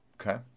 Okay